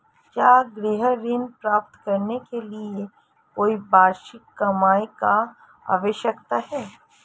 क्या गृह ऋण प्राप्त करने के लिए कोई वार्षिक कमाई की आवश्यकता है?